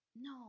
No